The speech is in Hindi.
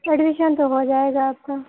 एडमिशन तो हो जाएगा आपका